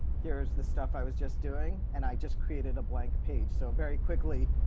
here's the stuff i was just doing and i just created a blank page. so very quickly,